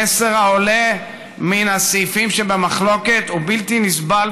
המסר העולה מן הסעיפים שבמחלוקת הוא בלתי נסבל,